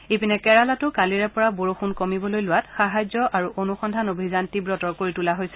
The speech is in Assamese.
ইপিনে কেৰালাতো কালিৰে পৰা বৰষুণ কমিবলৈ লোৱাত সাহায্য আৰু অনুসন্ধান অভিযান তীৱতৰ কৰি তোলা হৈছে